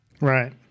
Right